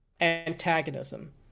antagonism